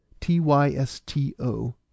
T-Y-S-T-O